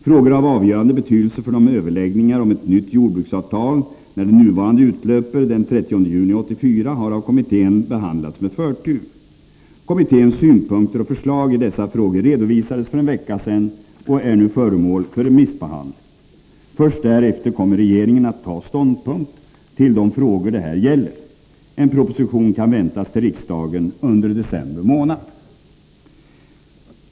Frågor av avgörande betydelse för överläggningarna om ett nytt jordbruksavtal, när det nuvarande utlöper den 30 juni 1984, har av kommittén behandlats med förtur. Kommitténs synpunkter och förslag i dessa frågor redovisades för en vecka sedan och är nu föremål för remissbehandling. Först därefter kommer regeringen att ta ståndpunkt i de frågor det här gäller. En proposition kan väntas till riksdagen under december månad.